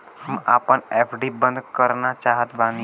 हम आपन एफ.डी बंद करना चाहत बानी